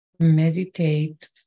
Meditate